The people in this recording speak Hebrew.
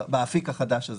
החדש הזה.